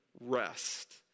rest